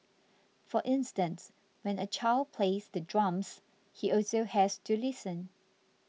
for instance when a child plays the drums he also has to listen